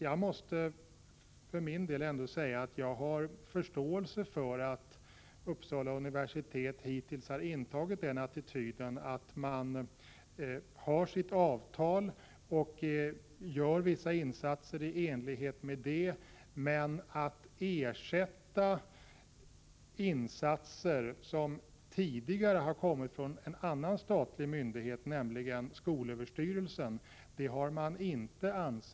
Jag måste för min del ändå säga att jag har förståelse för att Uppsala universitet hittills intagit den attityden att man följer sitt avtal och gör vissa insatser i enlighet med det men inte ansett att man vill ersätta insatser som tidigare kommit från en annan statlig myndighet, nämligen skolöverstyrelsen.